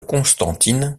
constantine